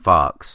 Fox